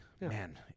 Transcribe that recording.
man